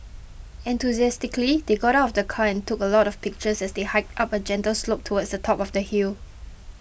enthusiastically they got out of the car and took a lot of pictures as they hiked up a gentle slope towards the top of the hill